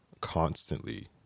constantly